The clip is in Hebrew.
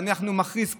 ואני מכריז פה,